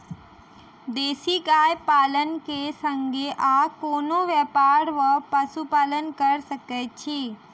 देसी गाय पालन केँ संगे आ कोनों व्यापार वा पशुपालन कऽ सकैत छी?